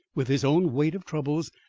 with his own weight of troubles,